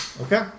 okay